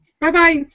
Bye-bye